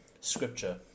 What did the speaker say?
scripture